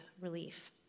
Relief